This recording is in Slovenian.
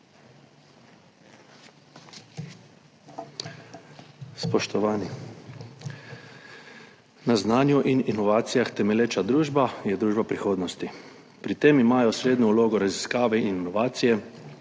Spoštovani! Na znanju in inovacijah temelječa družba je družba prihodnosti. Pri tem imajo osrednjo vlogo raziskave in inovacije,